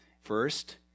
First